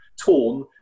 torn